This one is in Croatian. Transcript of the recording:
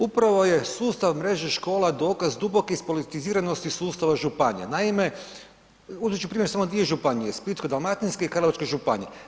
Upravo je sustav mreže škola dokaz duboke ispolitiziranosti sustava županija, naime, uzet ću primjer samo dvije županije, Splitsko-dalmatinske i Karlovačke županije.